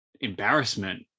embarrassment